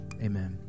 Amen